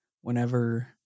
whenever